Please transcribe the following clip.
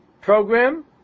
program